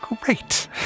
great